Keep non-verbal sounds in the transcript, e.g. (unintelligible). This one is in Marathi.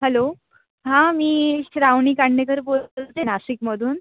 हॅलो हां मी श्रावणी काण्णेकर बोल (unintelligible) नाशिकमधून